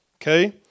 okay